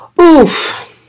Oof